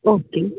okay